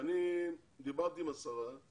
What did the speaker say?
אני דיברתי עם השרה,